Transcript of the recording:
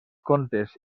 contes